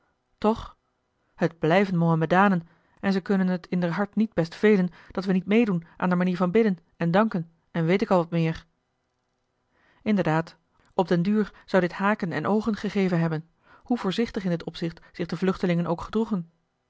toch t blijven mohamedanen en ze kunnen t in d'r hart niet best velen dat we niet meedoen aan d'r manier van bidden en danken en weet ik wat al meer inderdaad op den duur zou dit haken en oogen gegeven hebben hoe voorzichtig in dit opzicht zich de vluchtelingen ook gedroegen